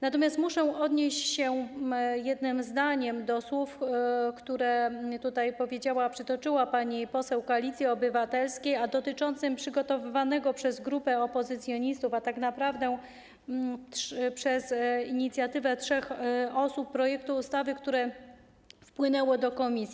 Natomiast muszę odnieść się jednym zdaniem do słów, które tutaj przytoczyła pani poseł Koalicji Obywatelskiej, dotyczących przygotowanego przez grupę opozycjonistów, a tak naprawdę będącego inicjatywą trzech osób projektu ustawy, który wpłynął do komisji.